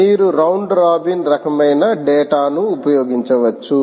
మీరు round robin రకమైన data ను ఉపయోగించవచ్చు